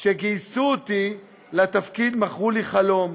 כשגייסו אותי לתפקיד מכרו לי חלום,